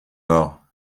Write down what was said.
mort